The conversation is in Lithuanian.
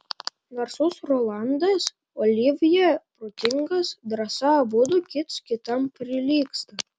narsus rolandas olivjė protingas drąsa abudu kits kitam prilygsta